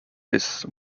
this